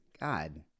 God